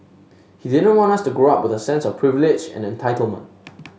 he didn't want us to grow up with a sense of privilege and entitlement